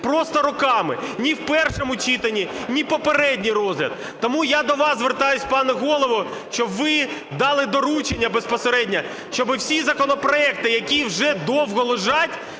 просто роками – ні в першому читанні, ні попередній розгляд. Тому я до вас звертаюсь, пане Голово, щоб ви дали доручення безпосереднє, щоби всі законопроекти, які вже довго лежать